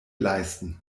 leisten